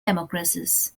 democracies